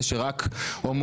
פלוס